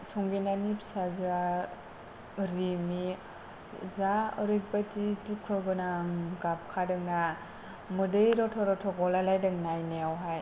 संगिनानि फिसाजोआ रिमि जा ओरैबायदि दुखु गोनां गाबखादोंना मोदै रथ' रथ' गलायलायदों नायनायावहाय